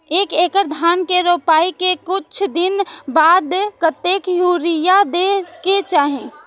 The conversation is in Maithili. एक एकड़ धान के रोपाई के कुछ दिन बाद कतेक यूरिया दे के चाही?